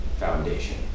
Foundation